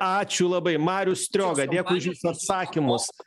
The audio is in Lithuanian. ačiū labai marius strioga dėkui už jūsų atsakymus